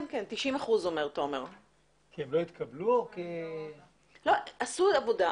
כן, אומר תומר 90%. עשו עבודה,